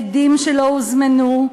עדים שלא הוזמנו,